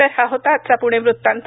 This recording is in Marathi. तर हा होता आजचा पुणे वृत्तांत